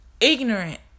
ignorant